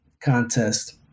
contest